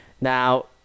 Now